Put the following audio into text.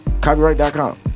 Copyright.com